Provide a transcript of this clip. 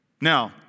Now